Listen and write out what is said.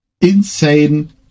insane